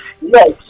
Yes